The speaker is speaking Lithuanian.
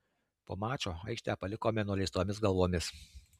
po mačo aikštę palikome nuleistomis galvomis